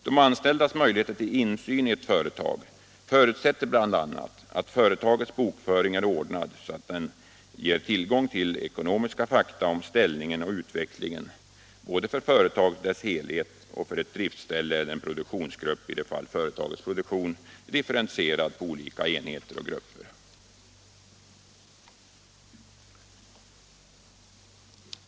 De anställdas möjligheter till insyn i ett företag förutsätter bl.a. att företagets bokföring är ordnad så, att den ger tillgång till ekonomiska fakta om ställningen och utvecklingen både för företaget i dess helhet och för ett driftställe eller en produktionsgrupp, i de fall företagets produktion är differentierad på olika enheter och grupper.